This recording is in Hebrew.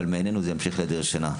אבל מעיננו זה ימשיך להדיר שינה,